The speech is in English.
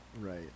Right